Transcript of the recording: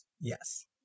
Yes